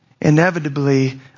inevitably